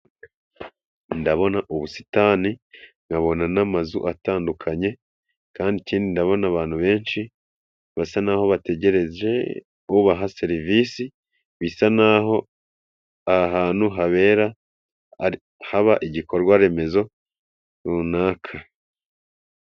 Ndabona ubusitani nkabona n'amazu atandukanye kandi ikindi ndabona abantu benshi basa n'aho bategereje uwo baha serivisi bisa n'aho aha ahantutu habera haba igikorwa remezo runaka.